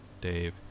Dave